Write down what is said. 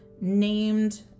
named